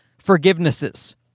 forgivenesses